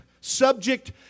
subject